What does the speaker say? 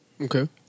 Okay